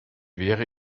wäre